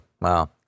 Wow